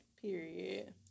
Period